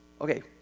Okay